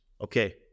Okay